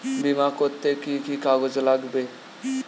বিমা করতে কি কি কাগজ লাগবে?